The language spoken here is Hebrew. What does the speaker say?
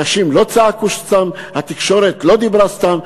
אנשים לא צעקו סתם, התקשורת לא דיברה סתם.